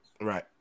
Right